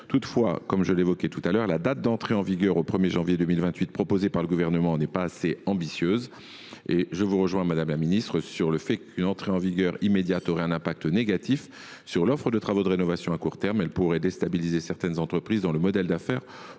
Toutefois, comme je le disais tout à l’heure, la date d’entrée en vigueur au 1 janvier 2028 proposée par le Gouvernement n’est pas assez ambitieuse. Je vous rejoins, madame la ministre, pour considérer qu’une entrée en vigueur immédiate aurait un impact négatif sur l’offre de travaux de rénovation à court terme. Elle pourrait déstabiliser certaines entreprises dont le modèle d’affaires